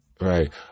right